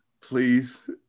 please